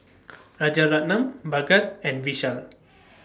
Rajaratnam Bhagat and Vishal